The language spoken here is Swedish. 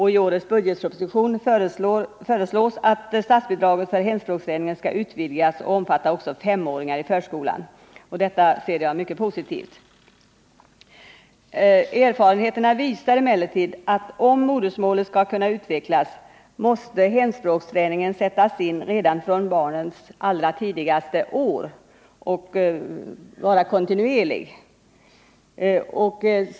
I årets budgetproposition föreslås att statsbidraget för hemspråksträningen skall utvidgas och omfatta också femåringar i förskolan. Detta ser jag som någonting mycket positivt. Erfarenheterna visar emellertid att om modersmålet skall kunna utvecklas, måste hemspråksträningen sättas in redan från barnens allra tidigaste år och vara kontinuerlig.